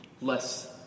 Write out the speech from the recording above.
Less